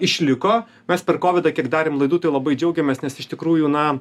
išliko mes per kovidą kiek darėm laidų tai labai džiaugiamės nes iš tikrųjų na